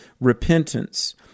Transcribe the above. repentance